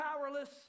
powerless